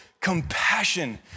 Compassion